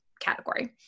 category